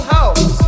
house